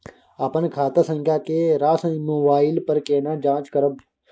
अपन खाता संख्या के राशि मोबाइल पर केना जाँच करब?